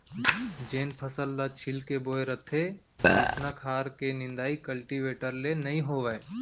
जेन फसल ल छीच के बोए रथें तइसना खार के निंदाइ कल्टीवेटर ले नइ होवय